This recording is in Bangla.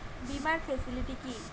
বীমার ফেসিলিটি কি?